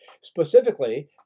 specifically